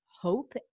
hope